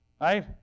right